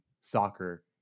soccer